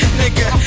nigga